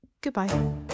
goodbye